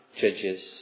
judges